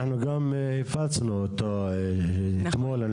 אנחנו גם הפצנו אותו, אתמול.